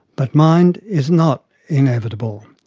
but mind is not inevitable.